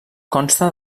consta